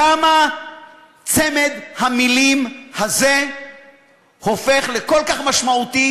כמה צמד המילים הזה הופך לכל כך משמעותי